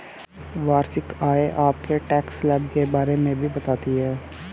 वार्षिक आय आपके टैक्स स्लैब के बारे में भी बताती है